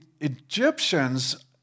Egyptians